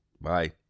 bye